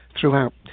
throughout